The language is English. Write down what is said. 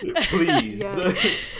please